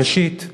ראשית,